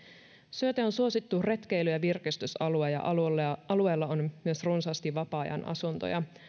syöte on suosittu retkeily ja virkistysalue ja alueella on myös runsaasti vapaa ajan asuntoja